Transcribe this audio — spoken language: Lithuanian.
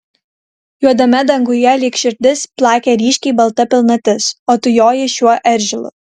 juodame danguje lyg širdis plakė ryškiai balta pilnatis o tu jojai šiuo eržilu